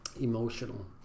emotional